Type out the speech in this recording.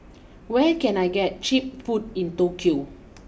where can I get cheap food in Tokyo